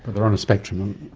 they are on a spectrum.